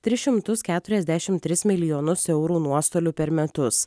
tris šimtus keturiasdešim tris milijonus eurų nuostolių per metus